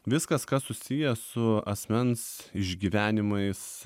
viskas kas susiję su asmens išgyvenimais